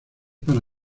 para